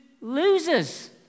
losers